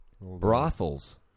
brothels